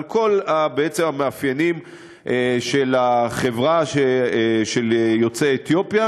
בעצם על כל המאפיינים של החברה של יוצאי אתיופיה,